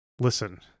listen